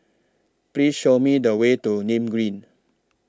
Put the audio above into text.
Please Show Me The Way to Nim Green